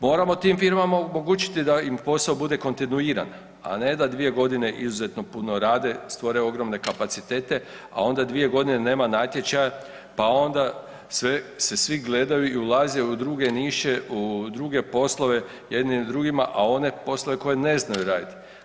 Moramo tim firmama omogućiti da im posao bude kontinuiran, a ne da dvije godine izuzetno puno rade, stvore ogromne kapacitete, a onda dvije godine nema natječaja, pa onda se svi gledaju i ulaze u druge niše, u druge poslove jedni drugima a one poslove koje ne znaju raditi.